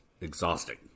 exhausting